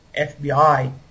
FBI